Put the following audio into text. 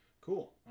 cool